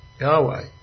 Yahweh